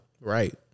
right